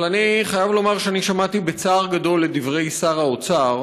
אבל אני חייב לומר שאני שמעתי בצער גדול את דברי שר האוצר,